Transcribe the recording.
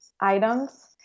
items